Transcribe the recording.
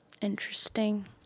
Interesting